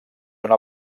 una